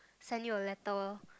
send you a letter